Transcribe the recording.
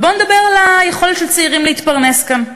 בואו נדבר על היכולת של צעירים להתפרנס כאן,